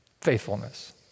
Faithfulness